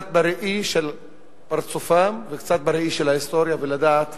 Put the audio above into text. קצת בראי של פרצופם וקצת בראי של ההיסטוריה, ולדעת